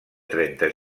trenta